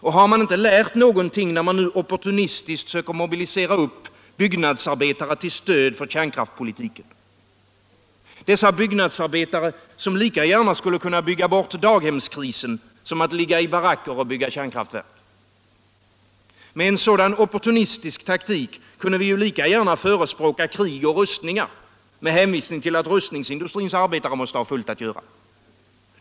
Och har man inte lärt någonting, när man nu opportunistiskt söker mobilisera upp byggnadsarbetare till stöd för kärnkraftspolitiken, dessa byggnadsarbetare som lika gärna skulle kunna bygga bort daghemskrisen som att ligga i baracker och bygga kärnkraftverk? Med en sådan opportunistisk taktik kunde vi lika gärna förespråka krig och rustningar, med hänvisning tull att rustningsindustrins arbetare måste ha fullt att göra.